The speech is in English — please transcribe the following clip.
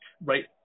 right